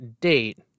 date